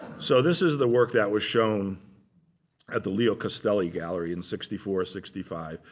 so this is the work that was shown at the leo castelli gallery in sixty four, sixty five.